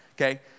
okay